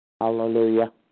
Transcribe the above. Hallelujah